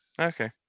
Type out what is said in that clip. okay